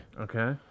Okay